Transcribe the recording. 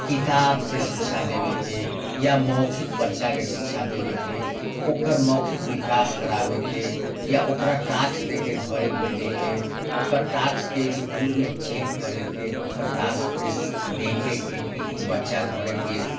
किताबसँ शिक्षा देबाके या मौखिक बच्चाके शिक्षा देबाके ओकर मौखिक विकास कराबैके या ओकरा टास्क दऽ कऽ घरे भेजैके ओकर टास्कके इसकुलमे चेक करैके ओकर टास्कके देखैके कि ई बच्चा घरे गेल